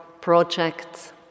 projects